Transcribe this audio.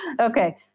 Okay